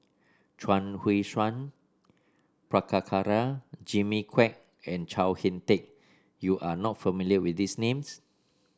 Chuang Hui Tsuan Prabhakara Jimmy Quek and Chao HicK Tin you are not familiar with these names